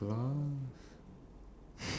they can't tear it open